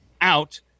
out